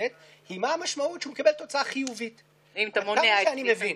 אם אתה ראש עיר,